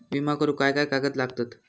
विमा करुक काय काय कागद लागतत?